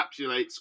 encapsulates